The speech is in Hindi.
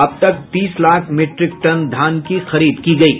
अब तक तीस लाख मीट्रिक टन धान की खरीद की गयी